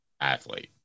athlete